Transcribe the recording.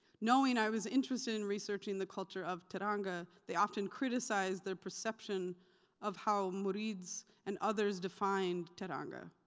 knowing i was interested in researching the culture of teranga, they often criticized their perception of how murids and others defined teranga.